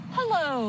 Hello